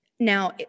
Now